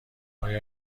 آیا